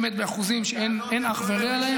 באמת באחוזים שאין להם אח ורע.